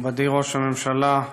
מכובדי ראש הממשלה,